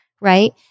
right